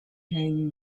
hang